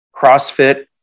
CrossFit